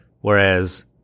Whereas